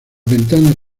ventanas